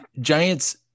Giants